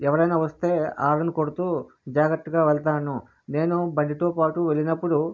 ఎవరైనా వస్తే హార్న్ కొడుతు జాగ్రత్తగా వెళ్తాను నేను బండితో పాటు వెళ్ళినప్పుడు